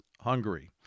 Hungary